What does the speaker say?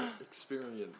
experience